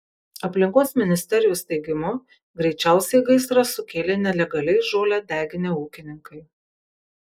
aplinkos ministerijos teigimu greičiausiai gaisrą sukėlė nelegaliai žolę deginę ūkininkai